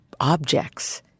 objects